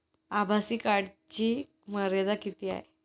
आभासी कार्डची मर्यादा किती आहे?